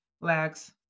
legs